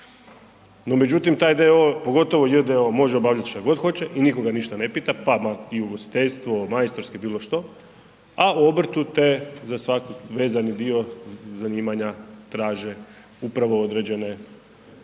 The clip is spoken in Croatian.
No međutim, taj d.o.o. pogotovo j.d.o. može obavljati šta god hoće i nitko ga ništa ne pita, pa i ugostiteljstvo, majstorski, bilo što, a u obrtu te za svaki vezani dio zanimanja traže upravo određene